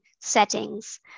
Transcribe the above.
settings